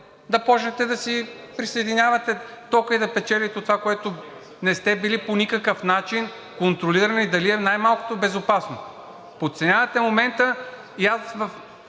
да почнете да си присъединявате тока и да печелите от това, за което не сте били по никакъв начин контролирани, дали е най-малкото безопасно? Подценявате момента и аз в